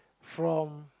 from